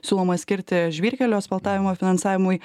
siūloma skirti žvyrkelių asfaltavimo finansavimui